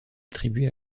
attribué